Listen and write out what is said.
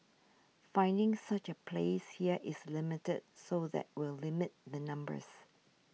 finding such a place here is limited so that will limit the numbers